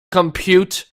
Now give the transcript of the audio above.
compute